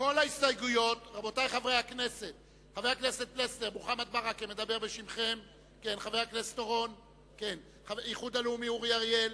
חבר הכנסת פלסנר, האם הסתייגויות 9 ו-10 יורדות,